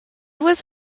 was